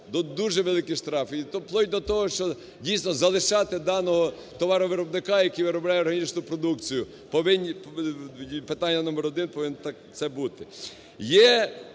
дуже великі штрафи. Вплоть до того, що дійсно, залишати даного товаровиробника, який виробляє органічну продукцію, питання № 1 повинно так це бути.